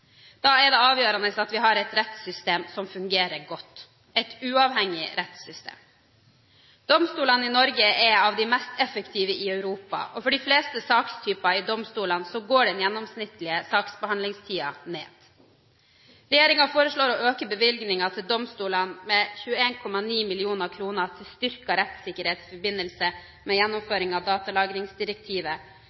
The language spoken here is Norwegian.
Da er det avgjørende at vi har et rettssystem som fungerer godt, et uavhengig rettssystem. Domstolene i Norge er av de mest effektive i Europa, og for de fleste sakstyper i domstolene går den gjennomsnittlige saksbehandlingstiden ned. Regjeringen foreslår å øke bevilgningen til domstolene med 21,9 mill. kr til styrket rettssikkerhet i forbindelse med gjennomføringen av datalagringsdirektivet,